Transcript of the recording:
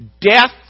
death